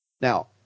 now